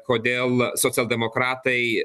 kodėl socialdemokratai